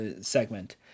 segment